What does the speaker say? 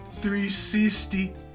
360